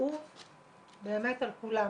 שגם על זה אני יכולה להרחיב מפה עד הודעה